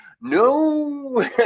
no